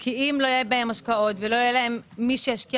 כי אם לא יהיה בהם השקעות ולא יהיה מי שישקיע